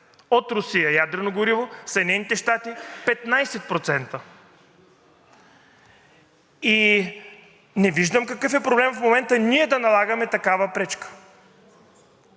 от Русия ядрено гориво, Съединените щати – 15%. И не виждам какъв е проблемът в момента ние да налагаме такава пречка?